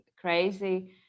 crazy